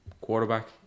quarterback